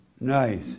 Nice